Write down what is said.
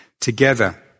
together